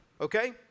okay